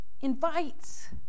invites